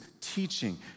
teaching